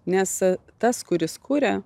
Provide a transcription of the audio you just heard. nes tas kuris kuria